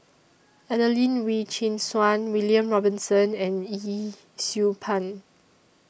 Adelene Wee Chin Suan William Robinson and Yee Siew Pun